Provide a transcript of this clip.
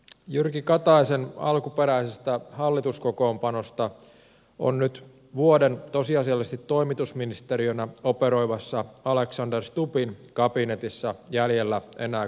jyrki kataisen alkuperäisestä hallituskokoonpanosta on nyt vuoden tosiasiallisesti toimitusministeriönä operoivassa alexander stubbin kabinetissa jäljellä enää kahdeksan ministeriä